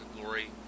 Glory